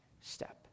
step